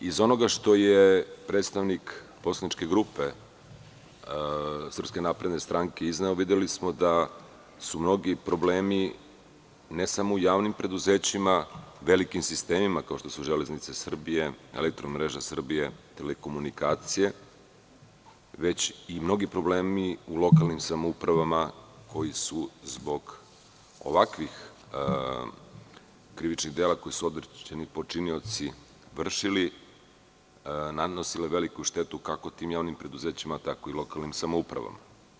Iz onoga što je predstavnik poslaničke grupe SNS izneo, videli smo da su mnogi problemi, ne samo u javnim preduzećima, velikim sistemima kao što su „Železnice Srbije“, „Elektromreža Srbije“, telekomunikacije, već i mnogi problemi u lokalnim samoupravama, koji su zbog ovakvih krivičnih dela koje su određeni počinioci vršili nanosili veliku štetu kako tim javnim preduzećima, tako i lokalnim samoupravama.